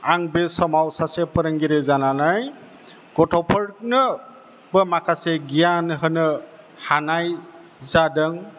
आं बे समाव सासे फोरोंगिरि जानानै गथ'फोरनोबो माखासे गियान होनो हानाय जादों